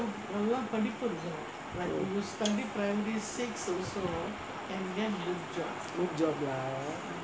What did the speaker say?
mm good job lah